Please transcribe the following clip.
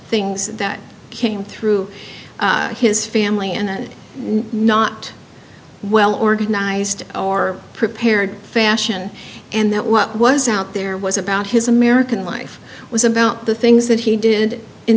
things that came through his family and not well organized or prepared fashion and that what was out there was about his american life was about the things that he did in